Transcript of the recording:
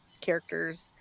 characters